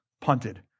punted